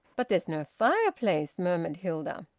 but there's no fireplace, murmured hilda.